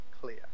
clear